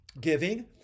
giving